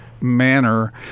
manner